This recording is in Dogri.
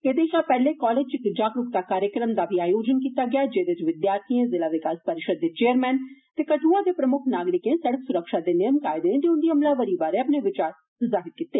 एदे शा पैहले कालेज च इक जागरुकता कार्यक्रम दा बी आयोजन कीता गेया जेदे च विद्यार्थियें जिला विकास परिषद दे चेयरमैन ते कठ्आ दे प्रम्क्ख नागरिकें सड़क स्रक्षा दे नियम कायदें ते उन्दी अमलावरी बारै अपने विचार प्रकट कीते